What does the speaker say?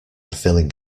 filling